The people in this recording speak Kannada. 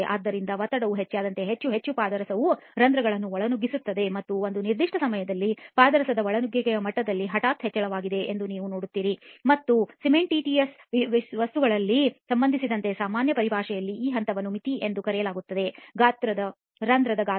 ಆದ್ದರಿಂದ ಒತ್ತಡವು ಹೆಚ್ಚಾದಂತೆ ಹೆಚ್ಚು ಹೆಚ್ಚು ಪಾದರಸವು ರಂಧ್ರಗಳನ್ನು ಒಳನುಗ್ಗಿಸುತ್ತದೆ ಮತ್ತು ಒಂದು ನಿರ್ದಿಷ್ಟ ಸಮಯದಲ್ಲಿ ಪಾದರಸದ ಒಳನುಗ್ಗುವಿಕೆಯ ಮಟ್ಟದಲ್ಲಿ ಹಠಾತ್ ಹೆಚ್ಚಳವಿದೆ ಎಂದು ನೀವು ನೋಡುತ್ತೀರಿ ಮತ್ತು ಸಿಮೆಂಟೀಯಸ್ ವಸ್ತುಗಳಿಗೆ ಸಂಬಂಧಿಸಿದಂತೆ ಸಾಮಾನ್ಯ ಪರಿಭಾಷೆಯಲ್ಲಿ ಆ ಹಂತವನ್ನು ಮಿತಿ ಎಂದು ಕರೆಯಲಾಗುತ್ತದೆ ರಂಧ್ರದ ಗಾತ್ರ